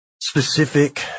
specific